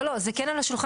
לא, לא, זה כן על השולחן.